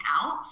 out